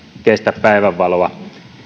kestä päivänvaloa